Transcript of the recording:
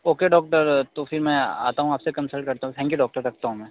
okay doctor तो फिर मैं आता हूँ आपसे कंसल्ट करता हूँ थैंक यू डॉक्टर रखता हूँ मैं